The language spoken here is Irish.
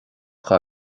dhá